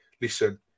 listen